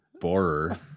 Borer